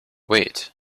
wait